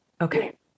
Okay